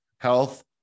health